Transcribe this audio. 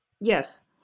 Yes